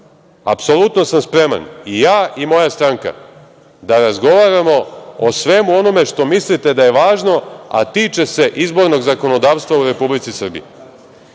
apsolutno sam spreman i ja i moja stranka da razgovaramo o svemu onome što mislite da je važno, a tiče se izbornog zakonodavstva u Republici Srbije.